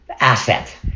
asset